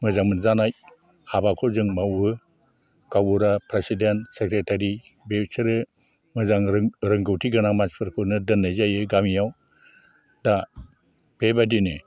मोजां मोनजानाय हाबाखौ जों मावो गावबुरा प्रेसिदेन्त सेक्रटारि बेसोरो मोजां रों रोंगौथि गोनां मानसिफोरखौनो दोननाय जायो गामियाव दा बेबायदिनो